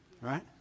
Right